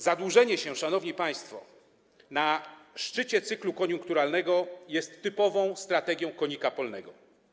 Zadłużenie się, szanowni państwo, u szczytu cyklu koniunkturalnego jest typową strategią konika polnego.